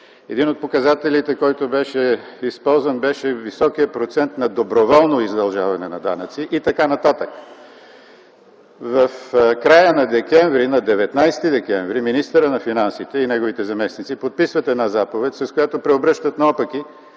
Един от показателите, който беше използван, беше високият процент на доброволно издължаване на данъци и така нататък. В края на м. декември, на 19 декември, министърът на финансите и неговите заместници подписват една заповед, с която преобръщат наопаки